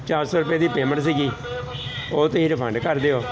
ਚਾਰ ਸੌ ਰੁਪਏ ਦੀ ਪੇਮੈਂਟ ਸੀਗੀ ਉਹ ਤੁਸੀਂ ਰਿਫੰਡ ਕਰ ਦਿਓ